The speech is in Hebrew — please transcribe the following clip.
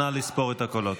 נא לספור את הקולות.